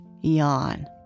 yawn